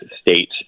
state